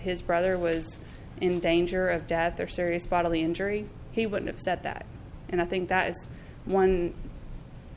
his brother was in danger of death or serious bodily injury he would have said that and i think that is one